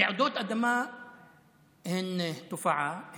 רעידות אדמה הן תופעה,